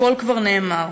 הכול כבר נאמר.